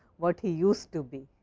what he used to be.